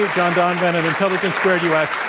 john donvan, and intelligence squared u. s.